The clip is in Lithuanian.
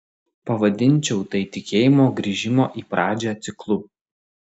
pavadinčiau tai tikėjimo grįžimo į pradžią ciklu